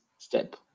step